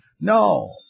No